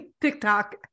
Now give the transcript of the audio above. TikTok